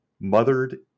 mothered